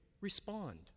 respond